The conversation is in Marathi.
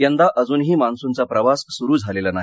यंदा अजुनही मान्सुनघा प्रवास सूरू झालेला नाही